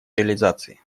реализации